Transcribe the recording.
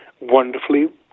wonderfully